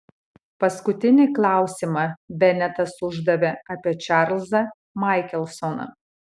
paskutinį klausimą benetas uždavė apie čarlzą maikelsoną